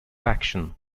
faction